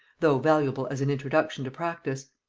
though valuable as an introduction to practice.